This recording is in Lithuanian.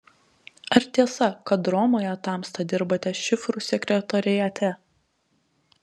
ar tiesa kad romoje tamsta dirbate šifrų sekretoriate